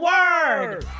Word